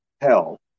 hell